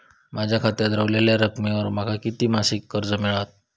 माझ्या खात्यात रव्हलेल्या रकमेवर माका किती मासिक कर्ज मिळात?